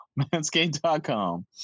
Manscaped.com